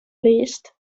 list